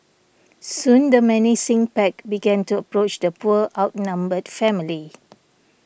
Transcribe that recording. soon the menacing pack began to approach the poor outnumbered family